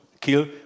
kill